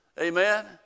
Amen